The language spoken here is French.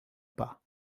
pas